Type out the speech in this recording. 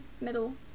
middle